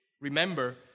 Remember